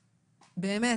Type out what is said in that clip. באמת,